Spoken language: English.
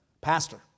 Pastor